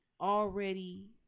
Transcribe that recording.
already